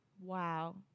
Wow